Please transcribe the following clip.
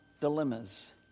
dilemmas